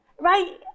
Right